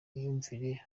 mwiyumvire